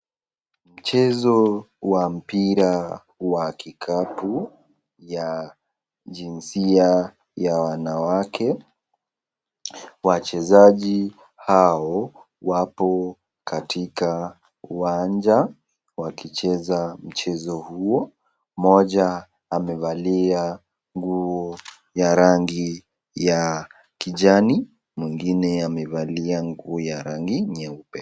Mchezo wa mpira wa kikapu ya jinzia ya wanawake wachezaji has wapo katika uwanja wakicheza mchezo huo, mmoja amevalia nguo ya rangi ya kijani, mwingine amevalia nguo ya rangi nyeupe.